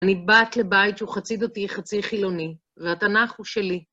אני בת לבית, שהוא חצי דתי, חצי חילוני, והתנ"ך הוא שלי.